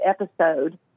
episode